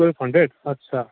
twelve hundred आच्छा